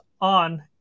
on